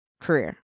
career